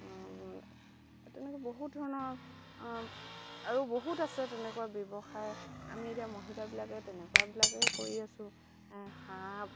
তেনেকৈ বহুত ধৰণৰ আৰু বহুত আছে তেনেকুৱা ব্যৱসায় আমি এতিয়া মহিলাবিলাকে তেনেকুৱাবিলাকেই কৰি আছোঁ এই হাঁহ